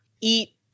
eat